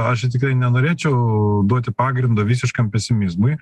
aš tikrai nenorėčiau duoti pagrindo visiškam pesimizmui